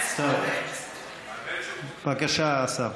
בבקשה, השר.